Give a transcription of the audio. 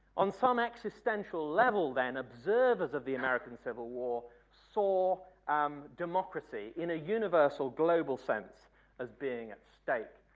on some existential level then observers of the american civil war saw um democracy in a universal global sense as being at stake